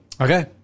Okay